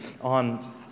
on